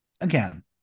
again